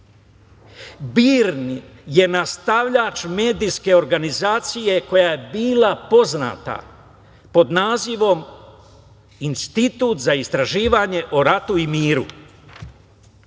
Srbije je nastavljač medijske organizacije koja je bila poznata pod nazivom Institut za istraživanje o ratu i miru.U